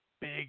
Big